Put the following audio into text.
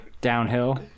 Downhill